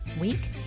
week